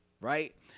right